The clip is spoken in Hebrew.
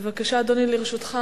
בבקשה, אדוני, לרשותך